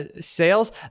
sales